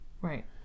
Right